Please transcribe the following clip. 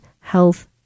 health